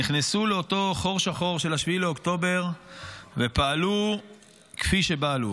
נכנסו לאותו חור שחור של 7 לאוקטובר ופעלו כפי שפעלו.